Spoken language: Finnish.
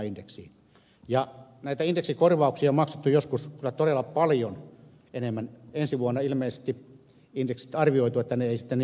näitä indeksikorvauksia on maksettu joskus kyllä todella paljon enemmän ensi vuoden osalta on ilmeisesti arvioitu että indeksit eivät sitten niin paljon muutu